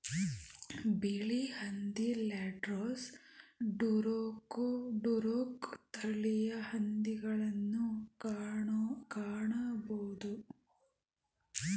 ಬಿಳಿ ಹಂದಿ, landrace, duroc ತಳಿಯ ಹಂದಿಗಳನ್ನು ಕಾಣಬೋದು